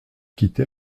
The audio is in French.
quitté